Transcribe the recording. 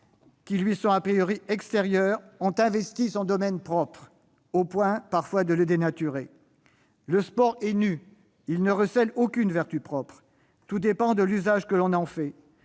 qui lui sont extérieurs ont investi son domaine propre, au point parfois de le dénaturer. Le sport est nu ; il ne recèle aucune vertu propre. Tout dépend de l'usage que l'on en fait.